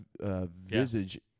visage